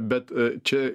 bet čia